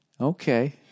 Okay